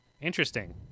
interesting